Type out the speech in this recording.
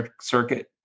circuit